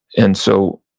and so,